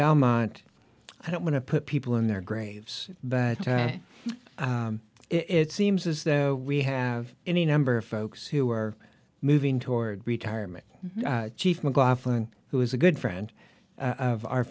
belmont i don't want to put people in their graves but it seems as though we have any number of folks who are moving toward retirement chief mclaughlin who is a good friend of our